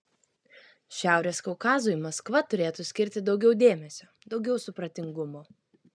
šiaurės kaukazui maskva turėtų skirti daugiau dėmesio daugiau supratingumo